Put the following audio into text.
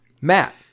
Matt